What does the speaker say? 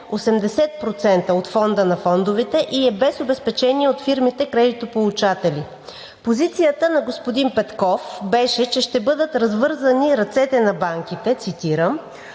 80% от Фонда на фондовете, и е без обезпечение от фирмите кредитополучатели. Позицията на господин Петков беше, че ще бъдат, цитирам: „развързани ръцете на банките“.